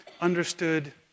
understood